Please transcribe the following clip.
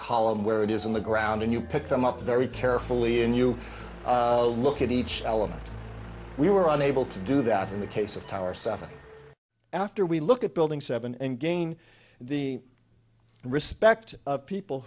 column where it is in the ground and you pick them up very carefully and you look at each element we were unable to do that in the case of tower seven after we look at building seven and gain the respect of people